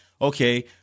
okay